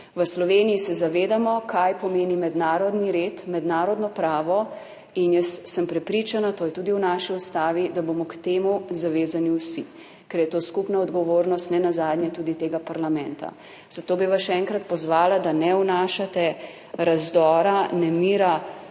V Sloveniji se zavedamo, kaj pomeni mednarodni red, mednarodno pravo in jaz sem prepričana, to je tudi v naši Ustavi, da bomo k temu zavezani vsi, ker je to skupna odgovornost nenazadnje tudi tega parlamenta. Zato bi vas še enkrat pozvala, da ne vnašate razdora, nemira